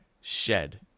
Shed